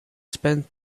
spent